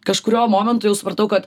kažkuriuo momentu jau supratau kad